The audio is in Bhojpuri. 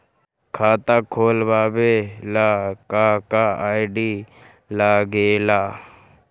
खाता खोलवावे ला का का आई.डी लागेला?